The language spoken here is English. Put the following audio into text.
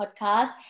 Podcast